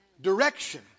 direction